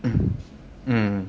mm mmhmm